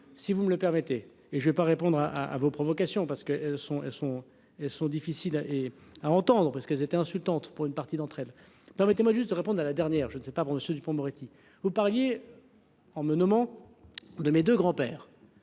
Si vous me le permettez et je vais pas répondre à, à vos provocations parce que elles sont elles sont elles sont difficiles et à entendre parce qu'elles étaient insultantes pour une partie d'entre elles. Permettez-moi juste de répondre à la dernière, je ne sais pas pour monsieur Dupond-Moretti. Vous parliez. En me nommant. De mes 2 grands-pères.